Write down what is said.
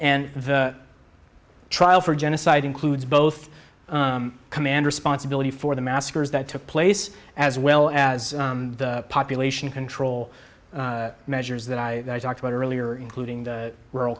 and the trial for genocide includes both command responsibility for the massacres that took place as well as the population control measures that i talked about earlier including the rural